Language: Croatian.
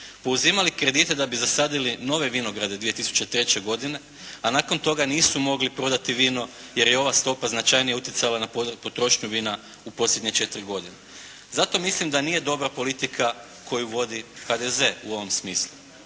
pouzimali kredite da bi zasadili nove vinograde 2003. godine, a nakon toga nisu mogli prodati vino jer je ova stopa značajnije utjecala na potrošnju vina u posljednje četiri godine. Zato mislim da nije dobra politika koju vodi HDZ u ovom smislu.